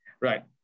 Right